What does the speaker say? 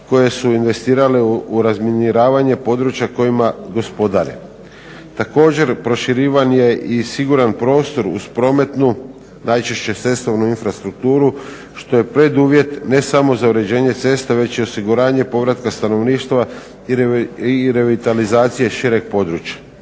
koje su investirale u razminiravanje područja kojima gospodare. Također proširivan je i siguran prostor uz prometnu najčešće cestovnu infrastrukturu što je preduvjet ne samo za uređenje ceste već i osiguranje povratka stanovništva i revitalizacije šireg područja.